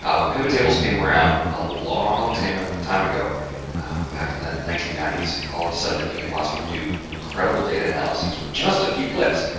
ah when pivot tables came around a long time ah time ago back in the nineteen ninety s. all of a sudden it became possible to do incredible data analyses with just a few clicks.